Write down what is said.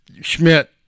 Schmidt